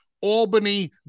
Albany